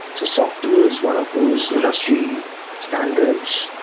soc two is one of those industry standards,